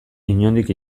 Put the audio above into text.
inondik